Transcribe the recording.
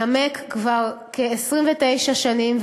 נמק כבר כ-29 שנים.